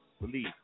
Believe